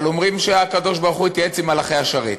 אבל אומרים שהקדוש-ברוך-הוא התייעץ עם מלאכי השרת.